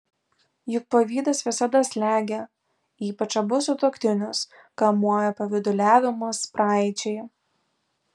juk pavydas visada slegia ypač abu sutuoktinius kamuoja pavyduliavimas praeičiai